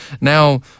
Now